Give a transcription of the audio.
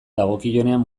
dagokionean